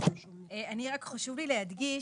חשוב לי להדגיש,